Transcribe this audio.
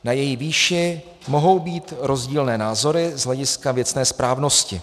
Na její výši mohou být rozdílné názory z hlediska věcné správnosti.